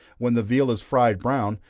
when the veal is fried brown,